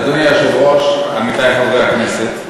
אדוני היושב-ראש, עמיתי חברי הכנסת,